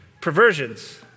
perversions